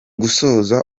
gusoza